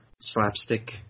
slapstick